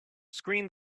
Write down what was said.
screen